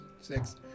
Six